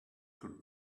could